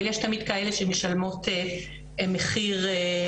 אבל יש כאלה שמשלמות מחיר יותר,